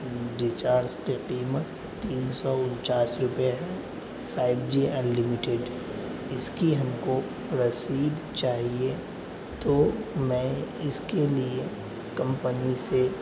recharge کی قیمت تین سو انچاس روپے ہے فائیو جی انلمیٹیڈ اس کی ہم کو رسید چاہیے تو میں اس کے لیے کمپنی سے